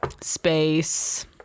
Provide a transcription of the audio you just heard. space